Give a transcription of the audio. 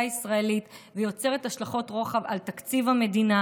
הישראלית ויוצרת השלכות רוחב על תקציב המדינה.